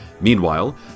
Meanwhile